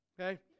okay